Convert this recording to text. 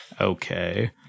Okay